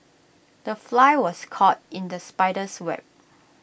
the fly was caught in the spider's web